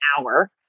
hour